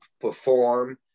perform